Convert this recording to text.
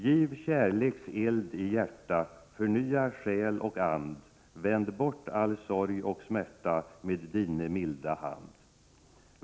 ”giv kärleks eld i hjärta, förnya själ och and: vänd bort all sorg och smärta med dine milda hand”.